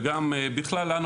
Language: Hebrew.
וגם לנו,